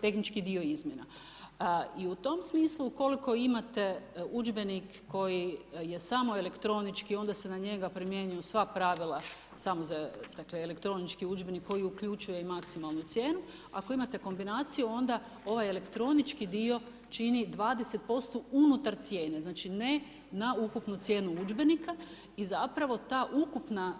tehnički dio izmjena, i u tom smislu ukoliko imate udžbenik koji je samo elektronički onda se na njega primjenjuju sva pravila samo za elektronički udžbenik koji uključuje i maksimalnu cijenu, ako imate kombinaciju onda ovaj elektronički dio čini 20% unutar cijene, znači ne na ukupnu cijenu udžbenika i zapravo ta ukupna…